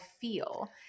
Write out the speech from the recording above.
feel